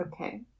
Okay